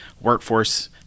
workforce